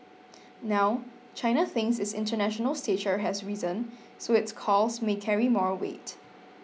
now China thinks its international stature has risen so its calls may carry more weight